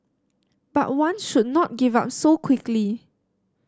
but one should not give up so quickly